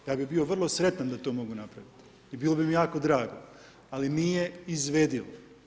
Ja bi bio vrlo sretan da to mogu napraviti i bilo bi mi jako drago, ali nije izvedivo.